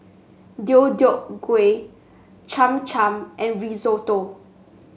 Deodeok Gui Cham Cham and Risotto